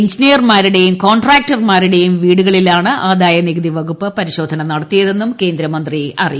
എഞ്ചിനയർമാരുടെയും കോൺട്രാക്ടർമാരുടെയും വീടുകളിലാണ് ആദായനികുതി വകുപ്പ് പരിശോധന നടത്തിയതെന്നും കേന്ദ്രമന്ത്രി പറഞ്ഞു